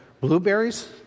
Blueberries